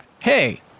Hey